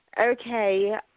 Okay